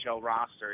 roster